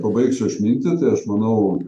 pabaigsiu aš mintį tai aš manau